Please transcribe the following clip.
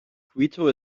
quito